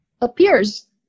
appears